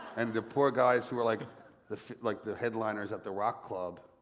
and the poor guys who are like the like the headliners at the rock club,